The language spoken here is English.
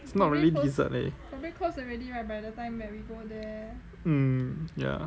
not really dessert leh mm ya